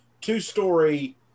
two-story